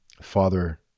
Father